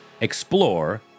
Explore